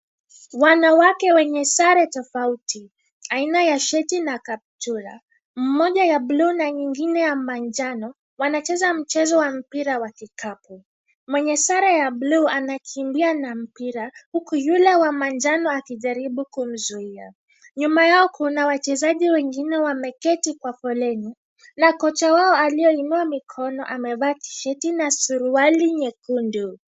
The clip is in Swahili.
Wanawake wenye sare tofauti, aina ya sheti na kaptura, moja ya bluu na nyingine ya manjano, wanacheza mchezo wa mpira wa kikapu. Mwenye sare ya bluu anakimbia na mpira, huku yule wa manjano akijaribu kumzuia. Nyuma yao kuna wachezaji wengine wameketi kwa foleni, na kocha wao aliyeinua mikono amevaa sheti na suruali nyekundu.